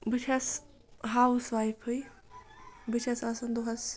بہٕ چھَس housewife بہٕ چھَس آسان دۄہَس